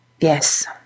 Yes